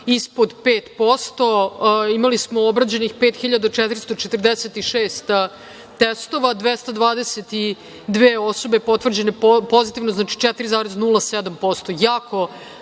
ispod 5%. Imali smo obrađenih 5.446 testova, 222 osobe su potvrđene pozitivno, znači 4,07%.